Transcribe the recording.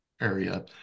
area